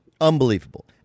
Unbelievable